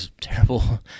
terrible